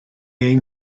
ein